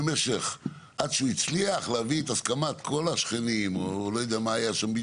עד שהוא הצליח להביא את הסכמת כל השכנים זה לקח